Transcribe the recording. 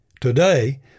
Today